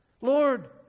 Lord